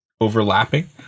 overlapping